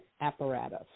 apparatus